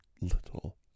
little